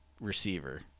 receiver